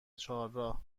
چهارراه